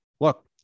look